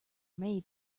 made